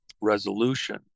resolution